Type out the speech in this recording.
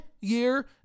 year